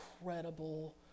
incredible